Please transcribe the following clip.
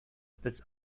bis